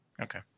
Okay